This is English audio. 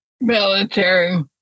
military